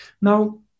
Now